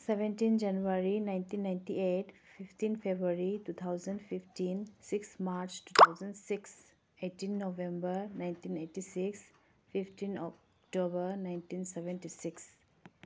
seventeen January nineteen ninety eight fifteen February two thousand fifteen six March two thousand six eighteen November nineteen eighty six fifteen October nineteen seventy six